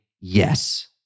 yes